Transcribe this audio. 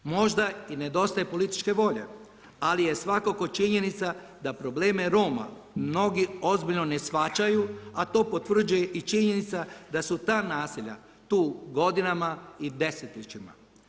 Možda i nedostaje političke volje ali je svakako činjenica da probleme Roma mnogi ozbiljno ne shvaćaju a to potvrđuje i činjenica da su ta naselja tu godinama i desetljećima.